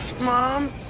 Mom